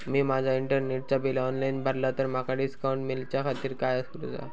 मी माजा इंटरनेटचा bill online भरला तर माका डिस्काउंट मिलाच्या खातीर काय करुचा?